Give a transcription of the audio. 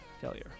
failure